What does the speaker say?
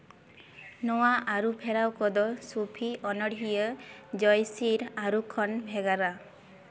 ᱱᱚᱣᱟ ᱟᱹᱨᱩ ᱯᱷᱮᱨᱟᱣ ᱠᱚᱫᱚ ᱥᱩᱯᱷᱤ ᱚᱱᱚᱲᱦᱤᱭᱟᱹ ᱡᱚᱭᱥᱤᱨ ᱟᱹᱨᱩ ᱠᱷᱚᱱ ᱵᱷᱮᱜᱟᱨᱟ